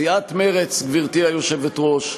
סיעת מרצ, גברתי היושבת-ראש,